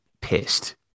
pissed